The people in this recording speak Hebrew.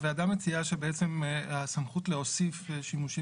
הוועדה מציעה שבעצם הסמכות להוסיף שימושים